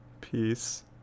Peace